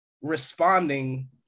responding